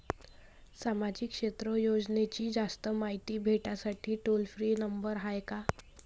सामाजिक क्षेत्र योजनेची जास्त मायती भेटासाठी टोल फ्री नंबर हाय का?